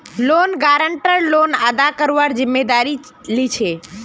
loan guarantor loan अदा करवार जिम्मेदारी लीछे